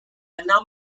number